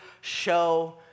show